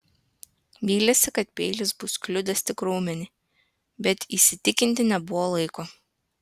vylėsi kad peilis bus kliudęs tik raumenį bet įsitikinti nebuvo laiko